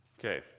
Okay